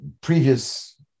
previous